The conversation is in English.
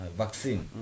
vaccine